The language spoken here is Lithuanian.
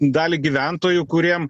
dalį gyventojų kuriem